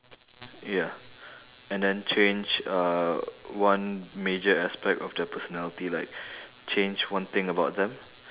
ya and then change uh one major aspect of their personality like change one thing about them